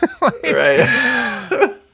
Right